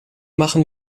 machen